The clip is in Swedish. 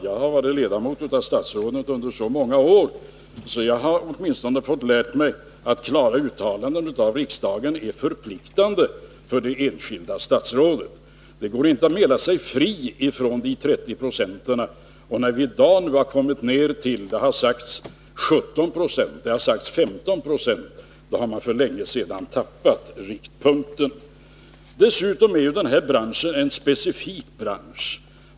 Jag har varit ledamot av statsrådet under så många år att jag åtminstone fått lära mig, att klara uttalanden av riksdagen är förpliktande för de enskilda statsråden. Det går inte att mäla sig ur de 30 procenten, att göra sig fri från denna procentsats, och när man i dag kommit ned till dessa tal— det har sagts 17 96, det har sagts 15 20 — har man för länge sedan tappat riktpunkten. Dessutom är ju den här branschen en specifik bransch.